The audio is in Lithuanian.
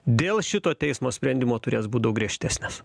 dėl šito teismo sprendimo turės būti daug griežtesnės